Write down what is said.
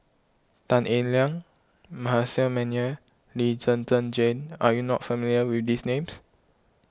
Tan Eng Liang Manasseh Meyer Lee Zhen Zhen Jane are you not familiar with these names